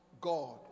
God